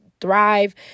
thrive